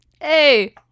Hey